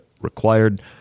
required